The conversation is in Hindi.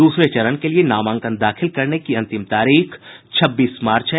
दूसरे चरण के लिए नामांकन दाखिल करने की अंतिम तारीख छब्बीस मार्च है